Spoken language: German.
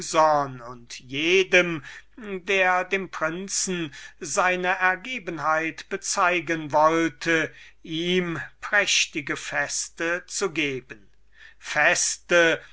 und jedem der dem prinzen seine ergebenheit bezeugen wollte ihm prächtige feste zu geben